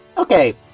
Okay